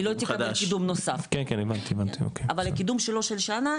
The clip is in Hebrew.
היא לא תקבל קידום נוסף, אבל קידום שלו של שנה,